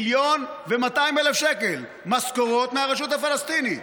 1.2 מיליון שקל משכורות מהרשות הפלסטינית.